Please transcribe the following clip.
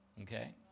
okay